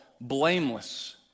blameless